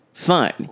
fine